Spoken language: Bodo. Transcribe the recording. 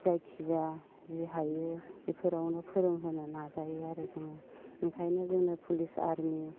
जायखि जाया जि हायो बेफोरावनो फोरोंहोनो नाजायो आरो जोङो ओंखायनो जोंनो पुलिस आरमि